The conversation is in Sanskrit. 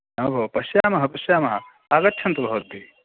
न भोः पश्यामः पश्यामः आगच्छन्तु भवद्भिः